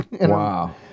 Wow